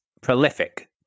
prolific